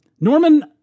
Norman